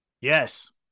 Yes